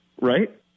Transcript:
Right